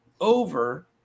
over